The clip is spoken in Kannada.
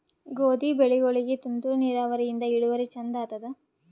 ಗೋಧಿ ಬೆಳಿಗೋಳಿಗಿ ತುಂತೂರು ನಿರಾವರಿಯಿಂದ ಇಳುವರಿ ಚಂದ ಆತ್ತಾದ?